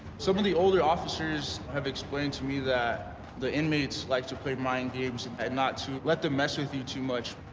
some of the older officers have explained to me that the inmates like to play mind games and not to let them mess with you too much.